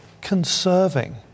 conserving